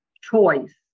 choice